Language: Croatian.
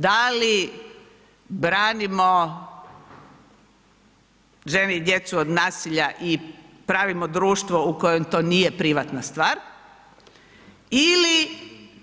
Da li branimo žene i djecu od nasilja i pravimo društvo u kojem to nije privatna stvar ili